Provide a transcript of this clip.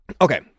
Okay